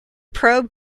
probe